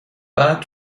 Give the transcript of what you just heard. بعد